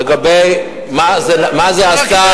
יחידות דיור בשנה,